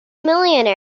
millionaire